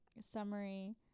summary